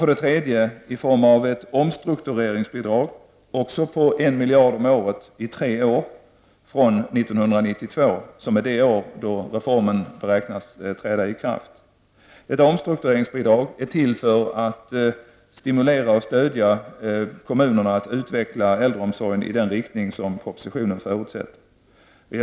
För det tredje sker det i form av ett omstruktureringsbidrag, också på en miljard om året i tre år från 1992, som är det år då reformen beräknas träda i kraft. Omstruktureringsbidraget är till för att stimulera och stödja kommunerna att utveckla äldreomsorgen i den riktning som propositionen förutsätter.